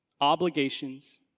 obligations